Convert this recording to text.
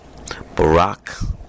Barack